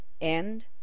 End